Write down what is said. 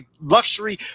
luxury